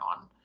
on